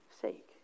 sake